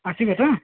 ଆସିବେ ତ